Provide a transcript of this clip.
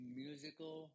musical